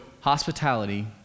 hospitality